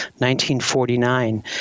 1949